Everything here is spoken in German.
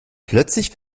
plötzlich